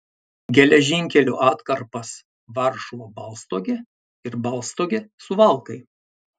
geležinkelio atkarpas varšuva baltstogė ir baltstogė suvalkai